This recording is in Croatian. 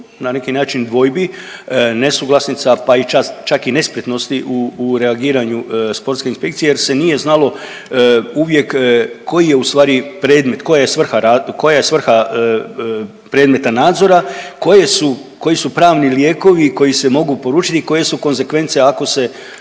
na neki način dvojbi, nesuglasica, pa i čak i nespretnosti u, u reagiranju sportske inspekcije jer se nije znalo uvijek koji je ustvari predmet, koja je svrha ra…, koja je svrha predmeta nadzora, koje su, koji su pravni lijekovi koji se mogu …/Govornik se ne razumije/…i koje su konzekvence ako se